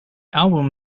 album